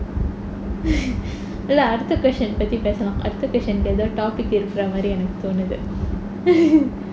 இல்ல அடுத்த:illa adutha question பத்தி பேசலாம் அடுத்த:pathi pesalaam adutha question பத்தி எதோ:pathi etho topic இருக்குற மாதிரி எனக்கு தோணுது:irukkura maathiri enakku tonuthu